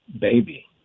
baby